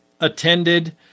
attended